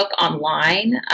online